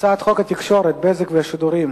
הצעת חוק התקשורת (בזק ושידורים)